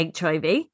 HIV